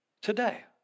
today